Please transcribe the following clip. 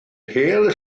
hel